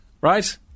right